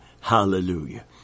hallelujah